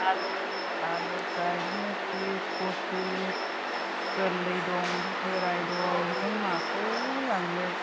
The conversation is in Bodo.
आलु आलुफ्रा बिदिनो थ्रिस फसिस गोरलै दं बोराय दं नों माखौ लांनो